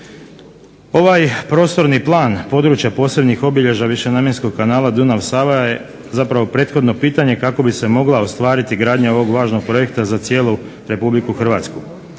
Ovaj prostorni plan područja posebnih obilježja višenamjenskog kanala Dunav-Sava je zapravo prethodno pitanje kako bi se mogla ostvariti gradnja ovog važnog projekta za cijelu Republiku Hrvatsku.